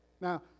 now